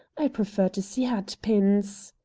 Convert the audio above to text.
i prefer to see hatpins.